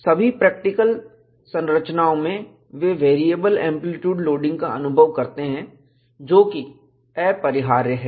सभी practical structures में वे वेरिएबल एंप्लीट्यूड लोडिंग का अनुभव करते हैं जो कि अपरिहार्य है